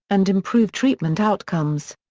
and improve treatment outcomes.